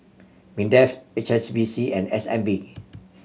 MINDEF H S B C and S N B